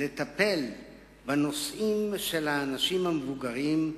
לטפל בנושאים של האנשים המבוגרים,